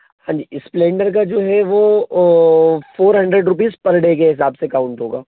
हाँ जी स्प्लेंडर का जो है वो four hundred rupees per day के हिसाब से काउंट होगा